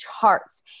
charts